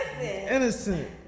innocent